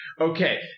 Okay